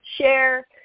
share